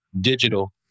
digital